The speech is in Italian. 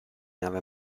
nave